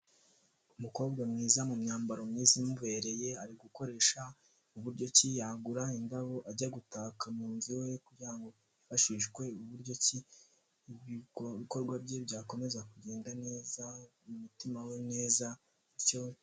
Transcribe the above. Umukobwa mwiza mu myambaro myiza imubereye, ari gukoresha uburyo ki yagura indabo ajya gutaka mu nzu we, kugira ngo yifashishwe uburyo ki ibikorwa bye byakomeza kugenda neza mu mutima we neza bityo.